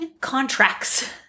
contracts